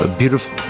beautiful